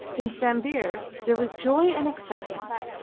in sambir there was joy and excitement.